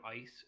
ice